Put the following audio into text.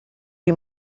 you